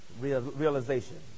realization